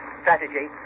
strategy